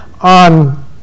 on